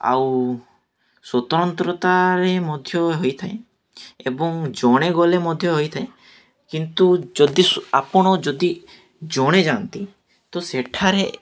ଆଉ ସ୍ୱତନ୍ତ୍ରତାରେ ମଧ୍ୟ ହୋଇଥାଏ ଏବଂ ଜଣେ ଗଲେ ମଧ୍ୟ ହୋଇଥାଏ କିନ୍ତୁ ଯଦି ଆପଣ ଯଦି ଜଣେ ଯାଆନ୍ତି ତ ସେଠାରେ